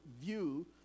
view